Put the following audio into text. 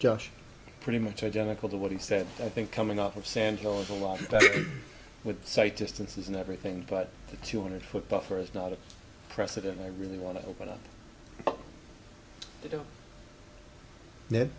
just pretty much identical to what he said i think coming off of sand hills along with sight distances and everything but the two hundred foot buffer is not a precedent i really want to open up